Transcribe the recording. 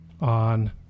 on